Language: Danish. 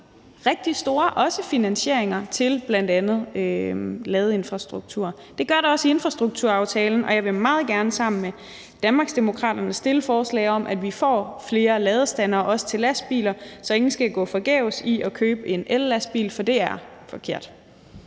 rigtig store finansieringer til bl.a. ladeinfrastruktur. Det gør der også i infrastrukturaftalen, og jeg vil meget gerne sammen med Danmarksdemokraterne fremsætte forslag om, at vi får flere ladestandere – også til lastbiler – så ingen skal gøre noget forgæves ved at købe en lastbil, for det er forkert.